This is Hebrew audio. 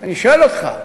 אני שואל אותך.